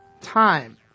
time